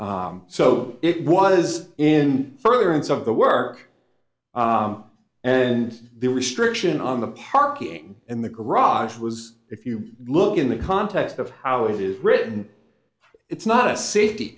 p so it was in furtherance of the work and the restriction on the parking in the garage was if you look in the context of how it is written it's not a safety